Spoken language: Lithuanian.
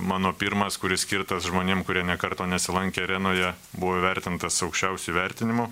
mano pirmas kuris skirtas žmonėm kurie nė karto nesilankė arenoje buvo įvertintas aukščiausiu įvertinimu